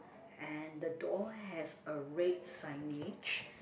and the door has a red signage